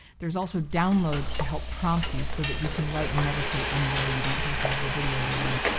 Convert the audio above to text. there's also downloads to help prompt you so that you can write and meditate anywhere you don't have to have the video with you,